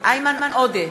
איימן עודה,